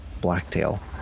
Blacktail